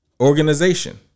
Organization